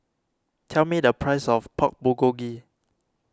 tell me the price of Pork Bulgogi